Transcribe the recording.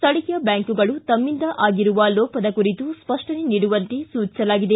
ಸ್ವೀಯ ಬ್ಯಾಂಕುಗಳು ತಮ್ಗಿಂದ ಆಗಿರುವ ಲೋಪದ ಕುರಿತು ಸ್ಪಷ್ಟನೆ ನೀಡುವಂತೆ ಸೂಚಿಸಲಾಗಿದೆ